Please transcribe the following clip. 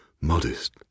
modest